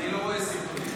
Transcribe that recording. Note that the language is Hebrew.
אני לא רואה סרטונים.